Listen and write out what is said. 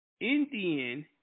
indian